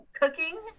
cooking